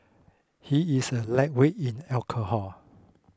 he is a lightweight in alcohol